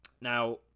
now